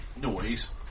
noise